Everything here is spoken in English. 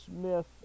Smith